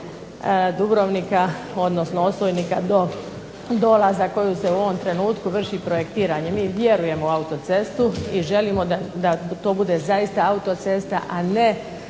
odnosno …/Ne razumije se./… koja se u ovom trenutku vrši projektiranje. Mi vjerujemo u autocestu, i želimo da to bude zaista autocesta a ne